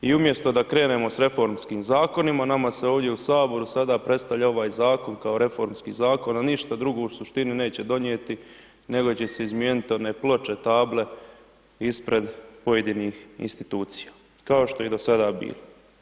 I umjesto da krenemo s reformskim zakonima, nama se ovdje u HS sada predstavlja ovaj zakon kao reformski zakon, a ništa drugu suštinu neće donijeti, nego će se izmijenit one ploče, table ispred pojedinih institucija, kao što je i do sada bilo.